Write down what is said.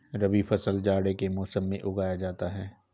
रबी फसल जाड़े के मौसम में उगाया जाता है